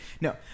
no